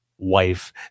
wife